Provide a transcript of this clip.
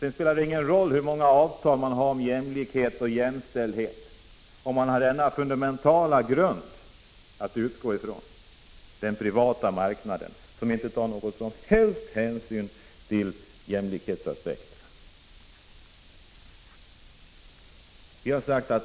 Det spelar ingen roll hur många avtal om jämlikhet och jämställdhet som finns om den privata marknadens mönster är den fundamentala grund man har att utgå ifrån — den privata marknaden som inte tar någon som helst hänsyn till jämlikhetsaspekten.